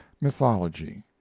mythology